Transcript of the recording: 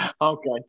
okay